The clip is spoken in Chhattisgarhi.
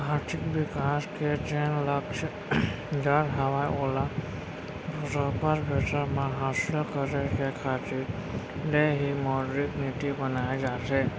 आरथिक बिकास के जेन लक्छ दर हवय ओला बरोबर बेरा म हासिल करे के खातिर ले ही मौद्रिक नीति बनाए जाथे